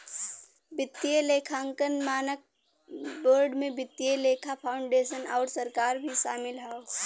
वित्तीय लेखांकन मानक बोर्ड में वित्तीय लेखा फाउंडेशन आउर सरकार भी शामिल हौ